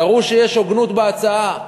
תראו שיש הוגנות בהצעה.